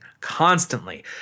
constantly